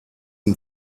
and